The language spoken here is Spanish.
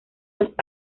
los